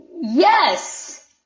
yes